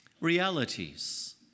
realities